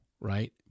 right